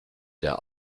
der